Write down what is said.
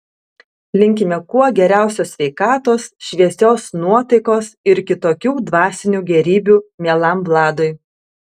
linkime kuo geriausios sveikatos šviesios nuotaikos ir kitokių dvasinių gėrybių mielam vladui